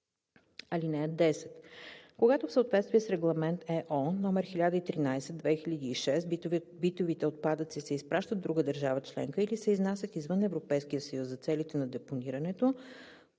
(10) Когато в съответствие с Регламент (ЕО) № 1013/2006 битовите отпадъци се изпращат в друга държава членка или се изнасят извън Европейския съюз за целите на депонирането,